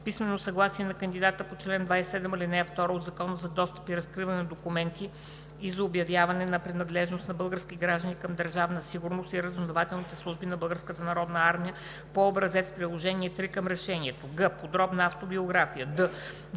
писмено съгласие на кандидата по чл. 27, ал. 2 от Закона за достъп и разкриване на документите и за обявяване на принадлежност на български граждани към Държавна сигурност и разузнавателните служби на Българската народна армия по образец – Приложение № 3 към решението; г) подробна автобиография; д)